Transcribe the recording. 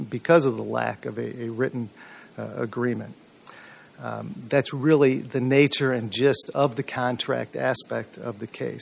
because of the lack of a written agreement that's really the nature and just of the contract aspect of the case